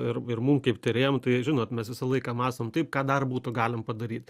ir ir mum kaip tyrėjam tai žinot mes visą laiką mąstom taip ką dar būtų galima padaryt